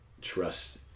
trust